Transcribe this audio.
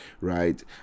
right